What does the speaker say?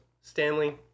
Stanley